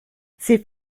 c’est